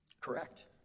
correct